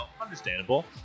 understandable